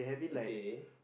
okay